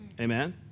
Amen